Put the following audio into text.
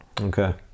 okay